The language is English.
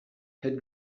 had